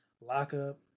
lockup